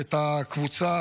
את הקבוצה,